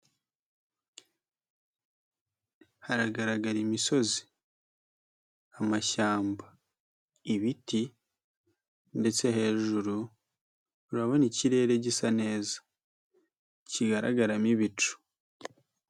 Haragaragara imisozi, amashyamba, ibiti ndetse hejuru urabona ikirere gisa neza kigaragaramo ibicu.